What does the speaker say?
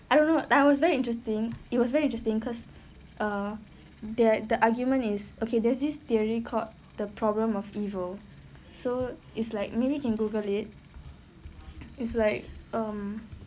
I don't know like it was very interesting it was very interesting because uh that the argument is okay there's this theory called the problem of evil so is like maybe can Google it is like um